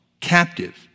captive